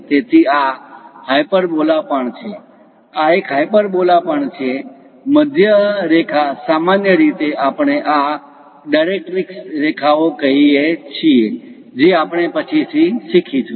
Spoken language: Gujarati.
તેથી આ હાયપરબોલા પણ છે આ એક હાયપરબોલા પણ છે મધ્યમ રેખા સામાન્ય રીતે આપણે આ ડાયરેક્ટિક્સ રેખા ઓ કહીએ છીએ જે આપણે પછીથી શીખીશું